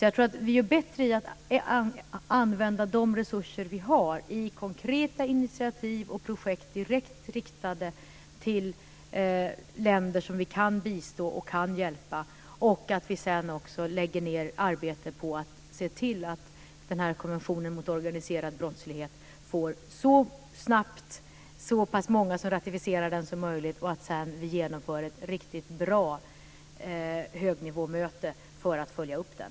Jag tror alltså att det är bättre att vi använder de resurser som vi har till konkreta initiativ och projekt direkt riktade till länder som vi kan bistå och hjälpa och att vi sedan också lägger ned arbete på att se till att denna konvention mot organiserad brottslighet så snabbt som möjligt ratificeras av så pass många och att vi sedan genomför ett riktigt bra högnivåmöte för att följa upp den.